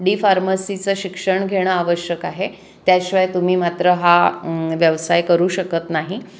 डीफार्मसीचं शिक्षण घेणं आवश्यक आहे त्याशिवाय तुम्ही मात्र हा व्यवसाय करू शकत नाही